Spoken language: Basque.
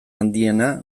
handiena